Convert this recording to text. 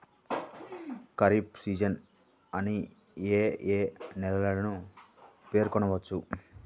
Kharif season అని ఏ ఏ నెలలను పేర్కొనవచ్చు?